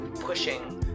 pushing